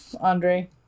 Andre